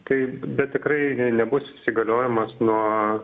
tai bet tikrai nebus įsigaliojimas nuo